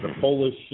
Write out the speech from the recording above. Polish